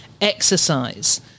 exercise